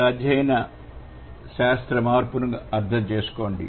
పద అధ్యయన శాస్త్రము మార్పును అర్థం చేసుకోండి